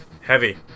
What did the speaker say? Heavy